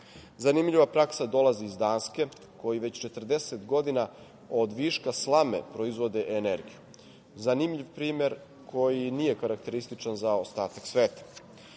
Zanimljiva praksa dolazi iz Danske, koja već 40 godina od viška slame proizvodi energiju, zanimljiv primer koji nije karakterističan za ostatak sveta.Za